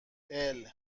الروز